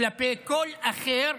כלפי כל אחר,